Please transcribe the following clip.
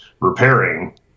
repairing